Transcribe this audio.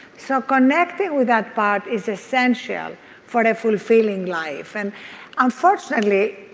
so connecting with that part is essential for the fulfilling life and unfortunately,